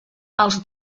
els